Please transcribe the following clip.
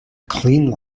clean